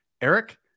Eric